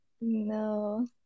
No